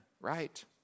right